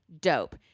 dope